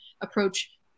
approach